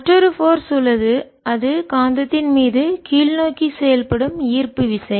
மற்றொரு போர்ஸ் சக்தி உள்ளது அது காந்தத்தின் மீது கீழ்நோக்கி செயல்படும் ஈர்ப்பு விசை